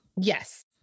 Yes